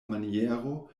maniero